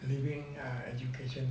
leaving err education ah